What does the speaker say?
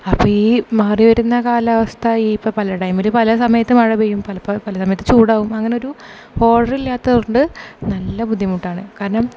അപ്പോൾ ഈ മാറി വരുന്ന കാലാവസ്ഥ ഇപ്പോൾ ഈ പല ടൈമിൽ പല സമയത്ത് മഴ പെയ്യും പലപ്പോൾ പല സമയത്ത് ചുടാവും അങ്ങനെ ഒരു ഓർഡെറില്ലാത്തതുകൊണ്ട് നല്ല ബുദ്ധിമുട്ടാണ് കാരണം